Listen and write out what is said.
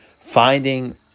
finding